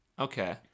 okay